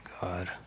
God